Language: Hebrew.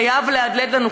חייב להדהד לנו,